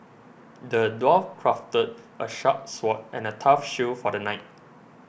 the dwarf crafted a sharp sword and a tough shield for the knight